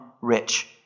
rich